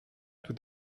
tout